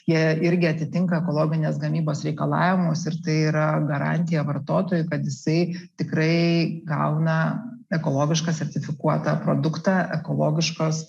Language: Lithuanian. jie irgi atitinka ekologinės gamybos reikalavimus ir tai yra garantija vartotojui kad jisai tikrai gauna ekologišką sertifikuotą produktą ekologiškos